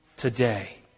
Today